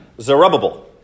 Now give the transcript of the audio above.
Zerubbabel